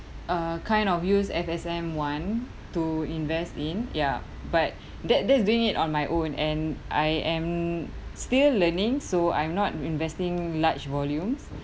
uh kind of use F_S_M one to invest in ya but that that's doing it on my own and I am still learning so I'm not investing large volumes